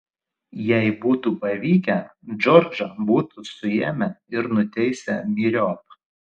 jei būtų pavykę džordžą būtų suėmę ir nuteisę myriop